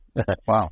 Wow